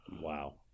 Wow